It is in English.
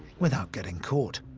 without getting caught.